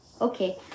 Okay